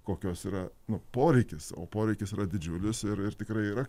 kokios yra nu poreikis o poreikis yra didžiulis ir ir tikrai yra